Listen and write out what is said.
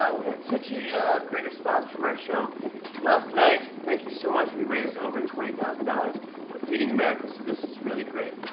we had such a great response from our show last night. thank you so much. we raised over twenty thousand dollars for feeding america, so this is really great.